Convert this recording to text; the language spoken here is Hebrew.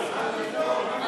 לא,